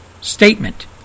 statement